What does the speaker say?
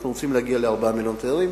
אנחנו רוצים להגיע ל-4 מיליוני תיירים,